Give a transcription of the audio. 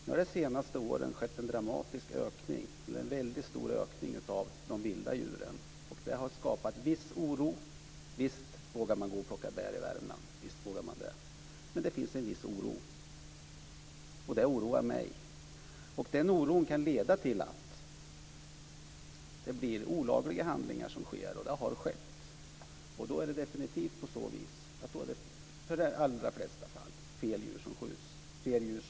Under de senaste åren har det skett en väldigt stor ökning av de vilda djuren, och det har skapat viss oro. Visst vågar man gå och plocka bär i Värmland, men det finns en viss oro. Det oroar mig. Den oron kan leda till att det sker olagliga handlingar, vilket har skett, dvs. att fel djur skjuts.